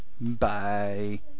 Bye